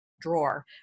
drawer